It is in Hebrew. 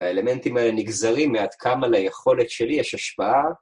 האלמנטים האלה נגזרים מעד כמה ליכולת שלי יש השפעה.